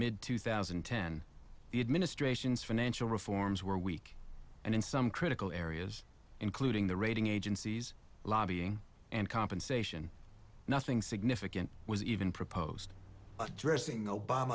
mid two thousand and ten the administration's financial reforms were weak and in some critical areas including the rating agencies lobbying and compensation nothing significant was even proposed addressing